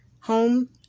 home